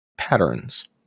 Patterns